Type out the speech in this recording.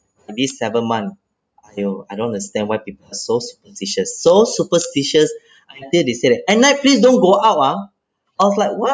maybe seven month !aiyo! I don't understand why people are so superstitious so superstitious until they say that at night please don't go out ah I was like what